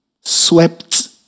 swept